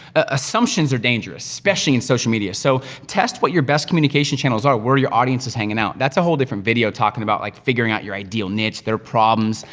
assumptions are dangerous, especially in social media. so, test what your best communication channels are, where your audience is hangin' out. that's a whole different video, talkin' about like, figuring out your ideal niche, their problems,